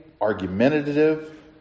argumentative